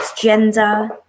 gender